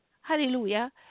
hallelujah